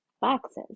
boxes